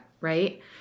right